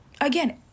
again